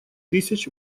тысяч